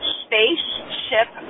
spaceship